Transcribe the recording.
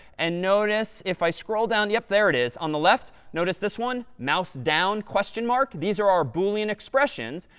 and notice if i scroll down yep, there it is. on the left, notice this one? mouse down, question mark? these are our boolean expressions.